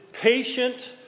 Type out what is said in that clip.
Patient